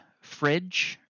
Fridge